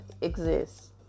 exists